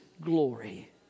glory